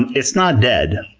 and it's not dead.